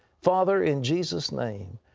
father, in jesus' name,